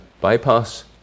bypass